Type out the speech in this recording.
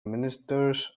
ministers